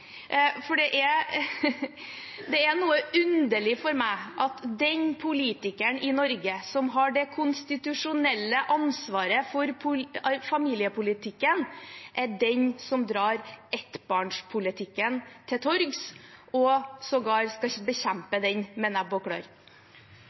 For det er noe underlig for meg at den politikeren i Norge som har det konstitusjonelle ansvaret for familiepolitikken, er den som drar ettbarnspolitikken til torgs, og sågar skal